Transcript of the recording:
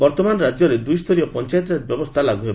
ବର୍ତ୍ତମାନ ରାକ୍ୟରେ ଦୁଇସ୍ତରୀୟ ପଞ୍ଚାୟତିରାଜ ବ୍ୟବସ୍ଥା ଲାଗୁ ହେବ